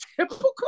typical